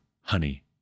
honey